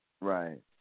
Right